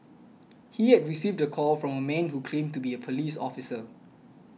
he had received a call from a man who claimed to be a police officer